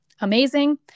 amazing